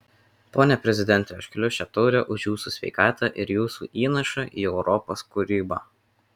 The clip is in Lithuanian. pone prezidente aš keliu šią taurę už jūsų sveikatą ir jūsų įnašą į europos kūrybą